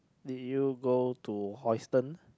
did you go to Houston